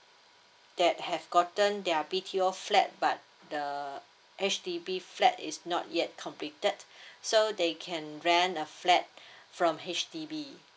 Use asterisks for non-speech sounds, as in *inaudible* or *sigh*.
that have gotten their B_T_O flat but the H_D_B flat is not yet completed *breath* so they can rent a flat from H_D_B